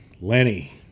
Lenny